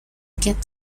get